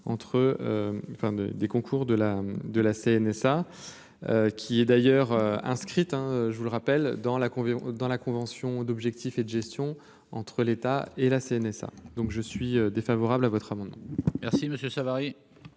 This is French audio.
des concours de la de la CNSA, qui est d'ailleurs inscrite, hein, je vous le rappelle dans la dans la convention d'objectifs et de gestion entre l'État et la CNSA, donc je suis défavorable à votre amendement. Merci Monsieur Savary.